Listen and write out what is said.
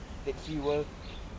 that he will